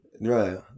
right